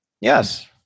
Yes